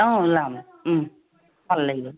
অঁ ওলাম ভাল লাগিব